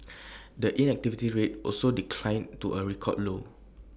the inactivity rate also declined to A record low